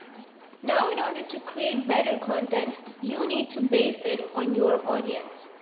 now in order to create better content, you need to base it on your audience.